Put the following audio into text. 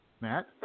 Matt